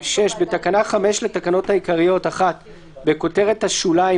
6. בתקנה 5 לתקנות העיקריות - (1)בכותרת השוליים,